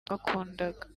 twakundaga